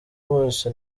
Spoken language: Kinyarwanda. bose